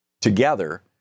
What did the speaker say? together